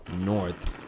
North